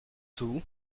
tout